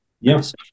Yes